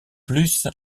plus